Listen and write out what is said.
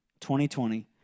2020